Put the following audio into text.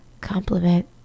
compliment